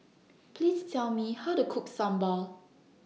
Please Tell Me How to Cook Sambal